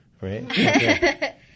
right